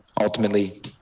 ultimately